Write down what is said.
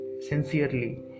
sincerely